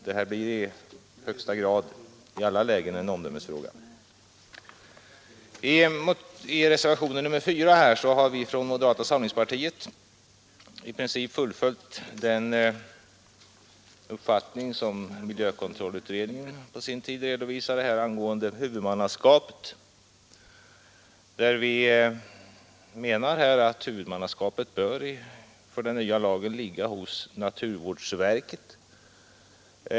Detta blir i alla lägen i högsta grad en omdömesfråga. I reservationen 4 har representanterna för moderata samlingspartiet i princip fullföljt den uppfattning miljökontrollutredningen på sin tid redovisade angående huvudmannaskapet. Vi menar att huvudmannaskapet för den nya lagen bör ligga hos naturvårdsverket.